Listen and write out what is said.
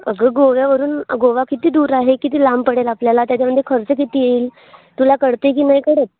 अगं गोव्यावरून गोवा किती दूर आहे किती लांब पडेल आपल्याला त्याच्यामध्ये खर्च किती येईल तुला कळते की नाही कळंत